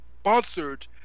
Sponsored